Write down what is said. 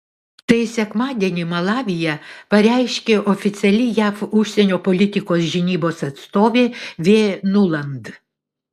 tai sekmadienį malavyje pareiškė oficiali jav užsienio politikos žinybos atstovė v nuland